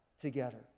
together